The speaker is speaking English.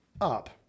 up